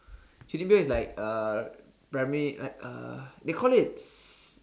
chuunibyou is like uh primary like uh they call it